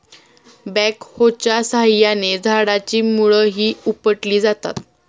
बॅकहोच्या साहाय्याने झाडाची मुळंही उपटली जातात